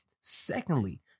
Secondly